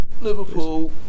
Liverpool